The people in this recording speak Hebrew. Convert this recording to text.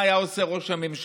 מה היה עושה ראש הממשלה?